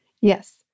Yes